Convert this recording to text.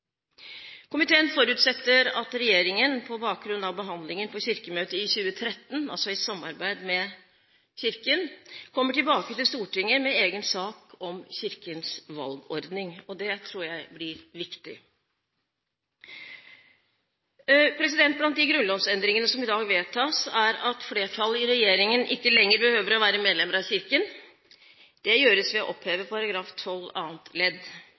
Komiteen forutsetter at regjeringen, på bakgrunn av behandlingen på Kirkemøtet i 2013 – altså i samarbeid med Kirken – kommer tilbake til Stortinget med egen sak om Kirkens valgordning. Det tror jeg blir viktig. Blant de grunnlovsendringene som i dag vedtas, er det at flertallet i regjeringen ikke lenger behøver å være medlemmer av Kirken. Det gjøres ved å oppheve § 12 annet ledd. Like viktig er opphevelsen av § 27 annet ledd,